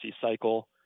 cycle